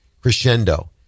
crescendo